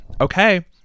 Okay